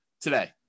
today